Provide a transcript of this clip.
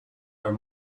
are